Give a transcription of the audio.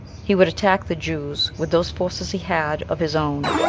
he would attack the jews with those forces he had of his own,